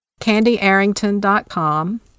CandyArrington.com